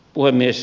puhemies